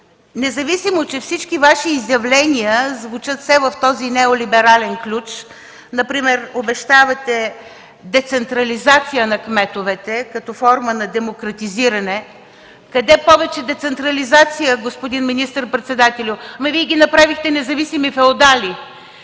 независимо че всички Ваши изявления звучат все в този неолиберален ключ. Например обещавате децентрализация на кметовете като форма на демократизиране. Къде повече децентрализация, господин министър-председателю?! Вие ги направихте независими феодали.